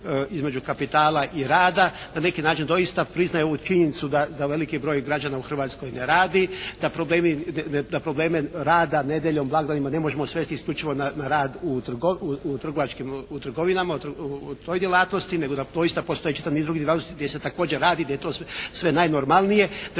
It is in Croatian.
između kapitala i rada, na neki način doista priznaje ovu činjenicu da veliki broj građana u Hrvatskoj ne radi, da probleme rada nedjeljom, blagdanima ne možemo svesti isključivo na rad u trgovinama, u toj djelatnosti nego da doista postoji čitav niz drugih djelatnosti gdje se također radi, gdje je to sve najnormalnije, da